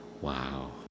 Wow